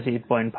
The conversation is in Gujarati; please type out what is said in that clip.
5 8